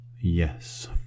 Yes